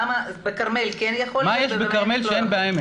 למה בכרמל כן יכול להיות ו- -- מה יש בכרמל שאין בהעמק?